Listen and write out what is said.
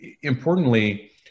importantly